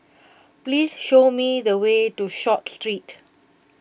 please show me the way to Short Street